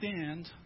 stand